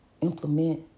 implement